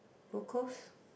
Gold Coast